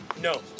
No